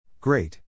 great